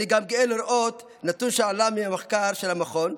אני גם גאה לראות נתון שעלה מהמחקר של המכון,